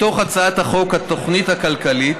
מתוך הצעת חוק התוכנית הכלכלית